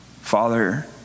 Father